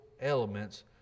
elements